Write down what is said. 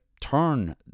turn